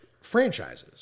franchises